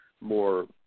more